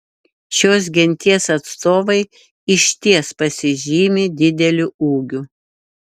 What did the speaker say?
šios genties atstovai išties pasižymi dideliu ūgiu